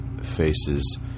faces